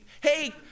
hey